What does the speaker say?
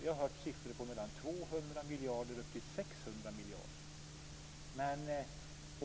Jag har hört uppgifter från 200 miljarder upp till 600 miljarder.